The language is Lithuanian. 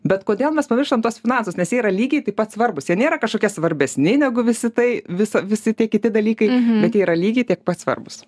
bet kodėl mes pamirštam tuos finansus nes jie yra lygiai taip pat svarbūs jie nėra kažkokie svarbesni negu visi tai visa visi tie kiti dalykai tėra lygiai tiek pat svarbūs